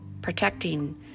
protecting